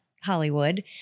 Hollywood